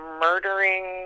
murdering